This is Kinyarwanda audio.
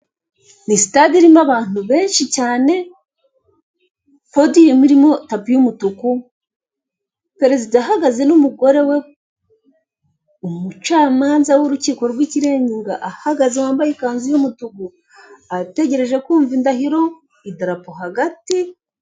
Ni sitade irimo abantu benshi cyane podiyumu irimo tapi yumutuku perezida ahagaze n'umugore we umucamanza w'urukiko rwiikirenga ahagaze wambaye ikanzu yumutuku ategereje kumva indahiro idarapo hagati.